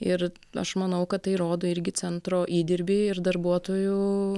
ir aš manau kad tai rodo irgi centro įdirbį ir darbuotojų